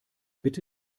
bitte